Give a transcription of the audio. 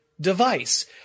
device